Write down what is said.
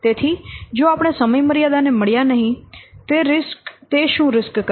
તેથી જો આપણે સમયમર્યાદા ને મળ્યા નહીં તે શું રીસ્ક કરશે